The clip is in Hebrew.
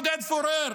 עודד פורר,